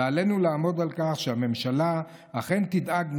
ועלינו לעמוד על כך שהממשלה אכן תדאג,